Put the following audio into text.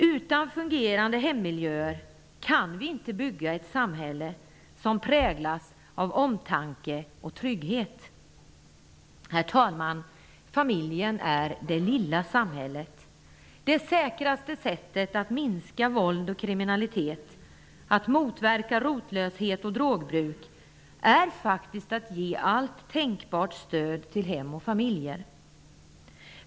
Utan fungerande hemmiljöer kan vi inte bygga ett samhälle som präglas av omtanke och trygghet. Herr talman! Familjen är det lilla samhället. Det säkraste sättet att minska våld och kriminalitet, att motverka rotlöshet och drogbruk är faktiskt att ge allt tänkbart stöd till hem och familjer.